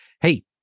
Hey